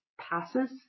passes